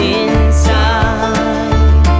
inside